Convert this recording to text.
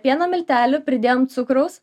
pieno miltelių pridėjom cukraus